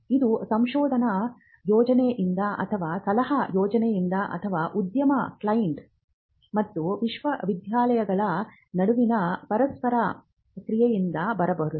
ಇದು ಸಂಶೋಧನಾ ಯೋಜನೆಯಿಂದ ಅಥವಾ ಸಲಹಾ ಯೋಜನೆಯಿಂದ ಅಥವಾ ಉದ್ಯಮ ಕ್ಲೈಂಟ್ ಮತ್ತು ವಿಶ್ವವಿದ್ಯಾಲಯದ ನಡುವಿನ ಪರಸ್ಪರ ಕ್ರಿಯೆಯಿಂದ ಬರಬಹುದು